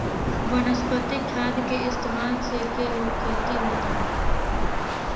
वनस्पतिक खाद के इस्तमाल के से खेती होता